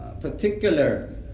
Particular